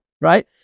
right